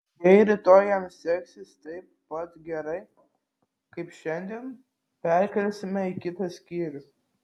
jei rytoj jam seksis taip pat gerai kaip šiandien perkelsime į kitą skyrių